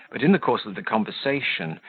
but in the course of the conversation,